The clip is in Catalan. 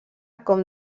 com